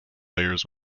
layers